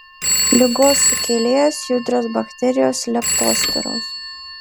ligos sukėlėjas judrios bakterijos leptospiros